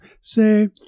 Say